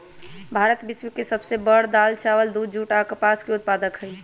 भारत विश्व के सब से बड़ दाल, चावल, दूध, जुट आ कपास के उत्पादक हई